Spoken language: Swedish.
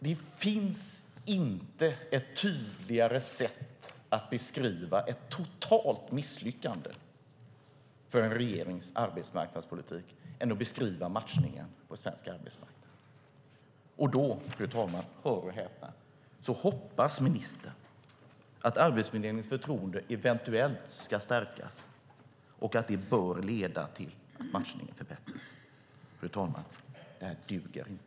Det finns inget tydligare sätt att beskriva ett totalt misslyckande för en regerings arbetsmarknadspolitik än att beskriva matchningen på svensk arbetsmarknad. Men då, hör och häpna, hoppas ministern att Arbetsförmedlingen förtroende eventuellt ska stärkas och att det bör leda till att matchningen förbättras. Fru talman! Det duger inte.